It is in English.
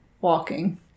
walking